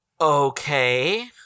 Okay